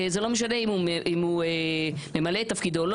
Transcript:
זה לא משנה אם הוא ממלא את תפקידו או לא